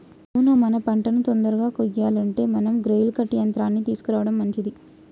అవును మన పంటను తొందరగా కొయ్యాలంటే మనం గ్రెయిల్ కర్ట్ యంత్రాన్ని తీసుకురావడం మంచిది